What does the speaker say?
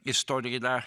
istorija yra